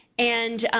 and,